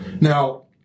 Now